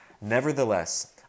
Nevertheless